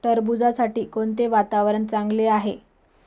टरबूजासाठी कोणते वातावरण चांगले आहे?